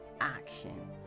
action